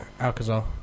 Alcazar